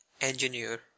Engineer